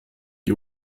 die